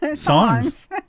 Songs